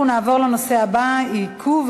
אנחנו נעבור להצעות לסדר-היום מס'